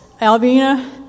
Alvina